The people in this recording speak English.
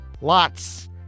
Lots